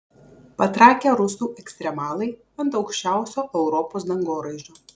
patrakę rusų ekstremalai ant aukščiausio europos dangoraižio